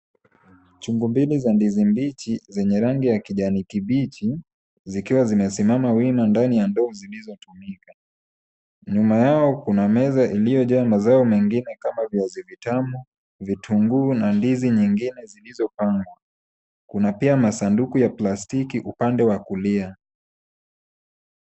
Chungu mbili za ndizi mbichi zenye rangi ya kijani kibichi zikiwa zimesimama wima ndani ya ndoo zilizotumika. Nyuma yao kuna meza iliyojaa mazao mengine kama viazi vitamu, vitunguu na ndizi nyingine zilizopangwa. Kuna pia masanduku ya plastiki upande wa kulia.